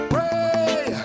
Pray